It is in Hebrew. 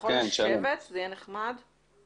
אני